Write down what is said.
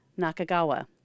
Nakagawa